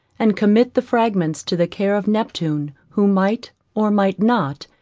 and commit the fragments to the care of neptune, who might or might not,